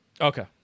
Okay